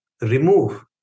remove